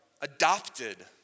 adopted